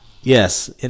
yes